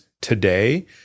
today